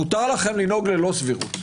מותר לכם לנהוג ללא סבירות.